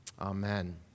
Amen